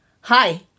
Hi